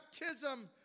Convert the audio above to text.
baptism